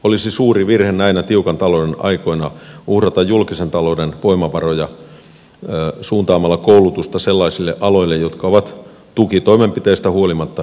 olisi suuri virhe näinä tiukan talouden aikoina uhrata julkisen talouden voimavaroja suuntaamalla koulutusta sellaisille aloille jotka ovat tukitoimenpiteistä huolimatta hiipumassa